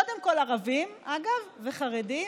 קודם כול ערבים, חרדים,